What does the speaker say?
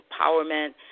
empowerment